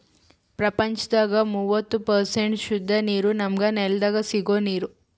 ಪ್ರಪಂಚದಾಗ್ ಮೂವತ್ತು ಪರ್ಸೆಂಟ್ ಸುದ್ದ ನೀರ್ ನಮ್ಮ್ ನೆಲ್ದಾಗ ಸಿಗೋ ನೀರ್